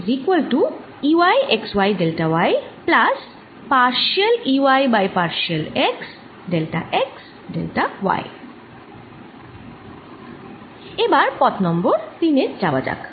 এবার পথ নং 3 এ যাওয়া যাক